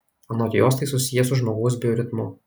anot jos tai susiję su žmogaus bioritmu